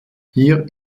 hier